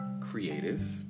creative